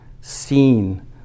seen